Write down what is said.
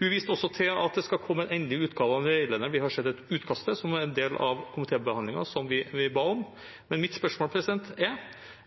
Hun viste også til at det skal komme en endelig utgave av den veilederen som vi har sett et utkast til som en del av komitébehandlingen, og som vi ba om. Mitt spørsmål er: